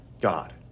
God